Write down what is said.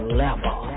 level